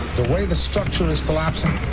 the way the structure is collapsing.